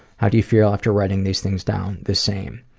how do you feel after writing these things down? the same.